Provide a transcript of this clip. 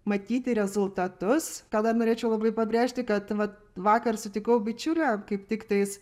matyti rezultatus ką dar norėčiau labai pabrėžti kad vat vakar sutikau bičiulę kaip tiktais